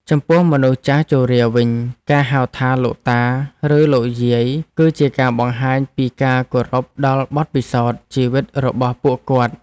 ចំពោះមនុស្សចាស់ជរាវិញការហៅថាលោកតាឬលោកយាយគឺជាការបង្ហាញពីការគោរពដល់បទពិសោធន៍ជីវិតរបស់ពួកគាត់។